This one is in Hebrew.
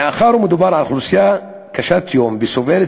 מאחר שמדובר באוכלוסייה קשת-יום הסובלת